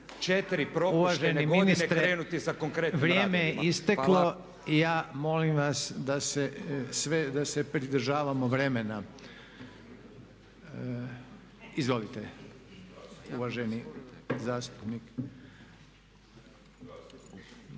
4 propuštene godine krenuti za konkretnim radovima. Hvala. **Reiner, Željko (HDZ)** Uvaženi ministre, vrijeme je isteklo i molim vas sve da se pridržavamo vremena. Izvolite, uvaženi zastupnik.